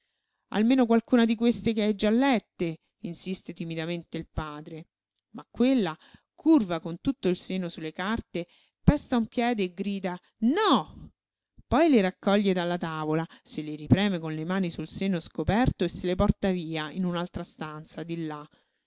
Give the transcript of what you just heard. almeno qualcuna di queste che hai già lette insiste timidamente il padre ma quella curva con tutto il seno su le carte pesta un piede e grida no poi le raccoglie dalla tavola se le ripreme con le mani sul seno scoperto e se le porta via in un'altra stanza di là